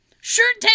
Shirt